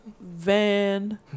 van